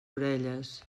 orelles